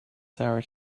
sour